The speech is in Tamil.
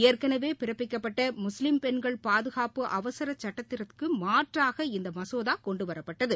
ஏற்கனவே பிறப்பிக்கப்பட்ட முஸ்லீம் பெண்கள் பாதுகாப்பு அவசரச் சட்டத்திற்கு மாற்றாக இந்த மசோதா கொண்டவரப்பட்டது